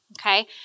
Okay